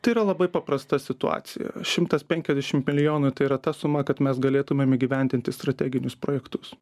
tai yra labai paprasta situacija šimtas penkiasdešimt milijonų tai yra ta suma kad mes galėtumėm įgyvendinti strateginius projektus